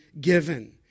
given